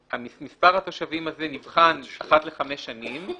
מספר התושבים הזה נבחן אחת לחמש שנים,